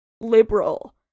liberal